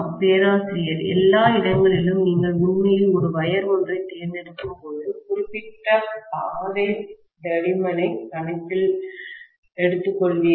பேராசிரியர் எல்லா இடங்களிலும் நீங்கள் உண்மையில் ஒரு வயர் ஒன்றைத் தேர்ந்தெடுக்கும்போது குறிப்பிட்ட பாதை தடிமன்னை கணக்கில் எடுத்துக்கொள்கிறீர்கள்